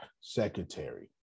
secretary